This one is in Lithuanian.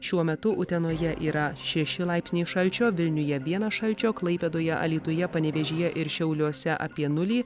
šiuo metu utenoje yra šeši laipsniai šalčio vilniuje vienas šalčio klaipėdoje alytuje panevėžyje ir šiauliuose apie nulį